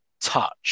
touch